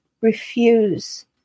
refuse